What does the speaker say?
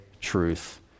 truth